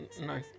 no